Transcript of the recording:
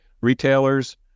retailers